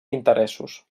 interessos